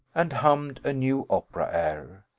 and hummed a new opera air.